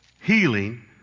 healing